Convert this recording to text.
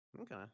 Okay